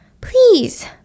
Please